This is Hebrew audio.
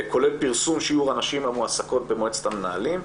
כולל פרסום שיעור הנשים המועסקות במועצת המנהלים.